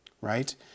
right